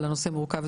אבל הנושא מורכב.